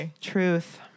truth